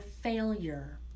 failure